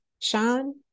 Sean